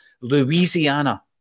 Louisiana